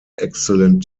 excellent